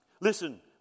Listen